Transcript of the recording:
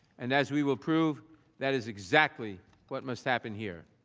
and as we will prove that is exactly what must happen here.